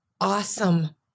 awesome